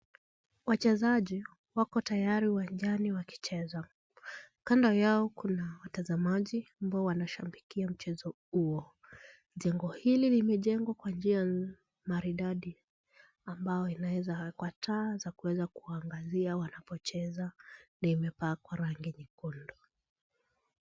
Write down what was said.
Wachezaji wako tayari uwanjani wakicheza. Kando yao kuna watazamaji ambao wanashabikia mchezo huo. Jengo hili limejengwa kwa njia maridadi ambayo inaweza wekwa za taa za kuweza kuangazia wanapocheza na imepakwa rangi nyekundu.